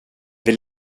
vill